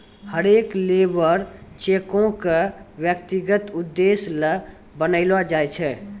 हरेक लेबर चेको क व्यक्तिगत उद्देश्य ल बनैलो जाय छै